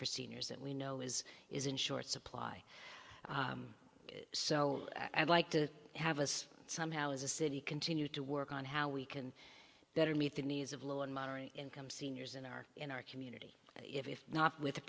for seniors that we know is is in short supply so i'd like to have us somehow as a city continue to work on how we can better meet the needs of low and moderate income seniors in our in our community if not with